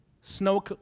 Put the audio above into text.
snow